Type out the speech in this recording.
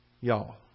y'all